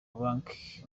banki